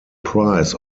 price